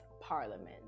Parliament